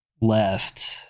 left